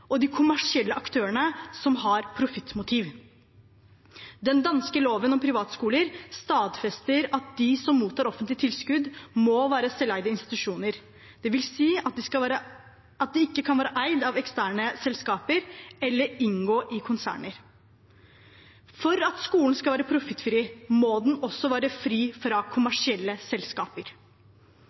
og de kommersielle aktørene som har profittmotiv. Den danske loven om privatskoler stadfester at de som mottar offentlig tilskudd, må være selveide institusjoner, dvs. at de ikke kan være eid av eksterne selskaper eller inngå i konserner. For at skolen skal være profittfri, må den også være fri fra kommersielle selskaper.